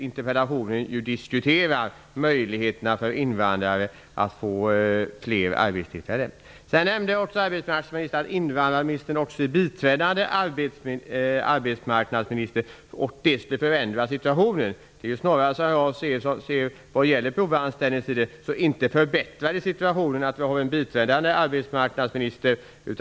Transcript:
Interpellationen diskuterar ju möjligheterna för invandrarna att få fler arbetstillfällen. Sedan nämnde arbetsmarknadsministern att invandrarministern också är biträdande arbetsmarknadsminister och att det skulle förändra situationen. Som jag ser det är det snarare tvärtom. Vad gäller provanställningstidens längd förbättras inte situationen av att vi har en biträdande arbetsmarknadsminister.